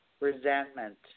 resentment